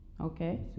Okay